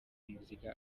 muzika